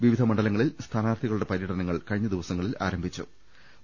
വിവിധ മണ്ഡലങ്ങളിൽ സ്ഥാനാർത്ഥികളുടെ പര്യടനങ്ങൾ കഴിഞ്ഞ ദിവ സങ്ങളിൽ ആരംഭിച്ചിരുന്നു